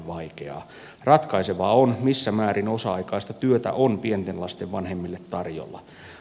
ratkaisevaa on missä määrin osa aikaista työtä on pienten lasten vanhemmille tarjolla